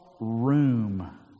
room